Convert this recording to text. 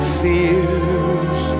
fears